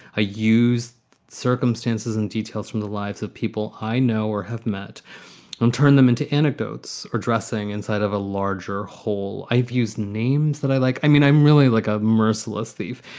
i use circumstances and details from the lives of people i know or have met them, turn them into anecdotes or dressing inside of a larger hole. i've used names that i like. i mean, i'm really like a merciless thief.